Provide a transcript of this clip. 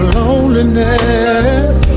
loneliness